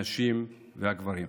הנשים והגברים.